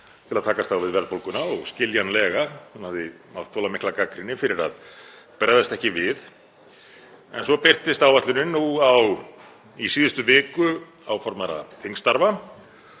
til að takast á við verðbólguna. Og skiljanlega, hún hafði mátt þola mikla gagnrýni fyrir að bregðast ekki við. En svo birtist áætlunin í síðustu viku áformaðra þingstarfa